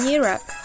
Europe